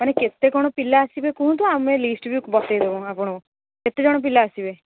ମାନେ କେତେ କ'ଣ ପିଲା ଆସିବେ କୁହନ୍ତୁ ଆମେ ଲିଷ୍ଟ ବି ବତେଇଦେବୁ ଆପଣଙ୍କୁ କେତେଜଣ ପିଲା ଆସିବେ